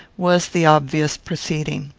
was the obvious proceeding.